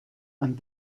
and